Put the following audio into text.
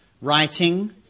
writing